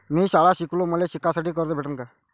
मी शाळा शिकतो, मले शिकासाठी कर्ज भेटन का?